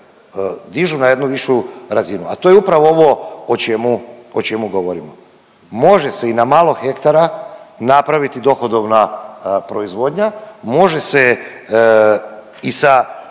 dižu na jednu višu razinu, a to je upravo ovo o čemu govorimo. Može se i na malo hektara napraviti dohodovna proizvodnja, može se i sa